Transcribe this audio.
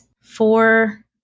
four